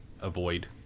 avoid